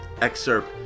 excerpt